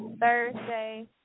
Thursday